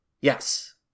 Yes